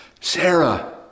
Sarah